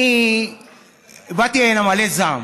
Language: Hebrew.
אני באתי הנה מלא זעם.